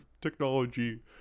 technology